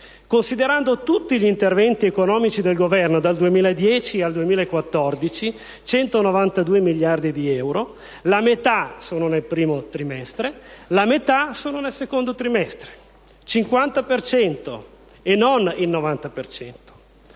considerando tutti gli interventi economici del Governo dal 2010 al 2014, 192 miliardi di euro, la metà sono nel primo trimestre e l'altra metà nel secondo trimestre; si tratta cioè